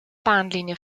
bahnlinie